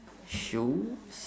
shoes